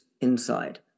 inside